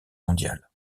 mondiale